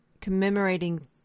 commemorating